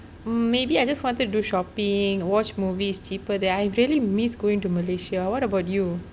hmm maybe I just wanted to do shopping watch movies cheaper there I really miss going to malaysia what about you